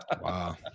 Wow